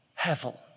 hevel